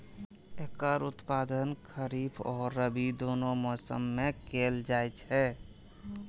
एकर उत्पादन खरीफ आ रबी, दुनू मौसम मे कैल जाइ छै